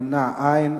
נמנעים, אין.